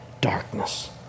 darkness